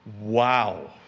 Wow